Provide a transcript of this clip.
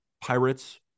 Pirates